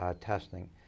testing